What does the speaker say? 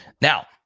Now